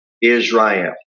Israel